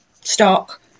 stock